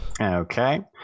Okay